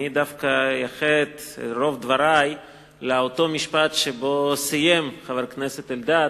אני דווקא אייחד את רוב דברי לאותו משפט שבו סיים חבר הכנסת אלדד,